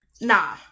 Nah